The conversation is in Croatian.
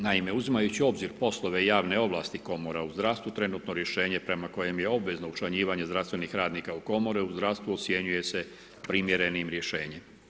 Naime uzimajući u obzir poslove i javne ovlasti komora u zdravstvu trenutno rješenje prema kojem je obvezno učlanjivanje zdravstvenih radnika u komore u zdravstvu ocjenjuje se primjerenim rješenjem.